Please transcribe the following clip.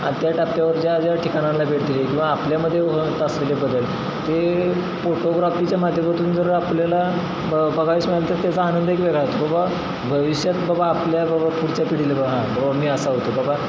आणि त्या टाप्प्यावर ज्या ज्या ठिकाणाला भेट दिली किंवा आपल्यामध्ये होत असलेले बदल ते फोटोग्राफीच्या माध्यमातून जर आपल्याला ब बघायस मिळाला तर त्याचा आनंद एक वेगळा होतो बाबा भविष्यात बाबा आपल्या बाबा पुढच्या पिढीला बाबा हा बाबा मी असा होतो बाबा